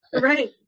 right